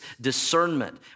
discernment